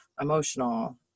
emotional